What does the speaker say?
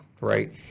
right